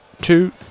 two